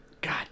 God